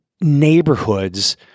neighborhoods